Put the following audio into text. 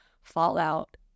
fallout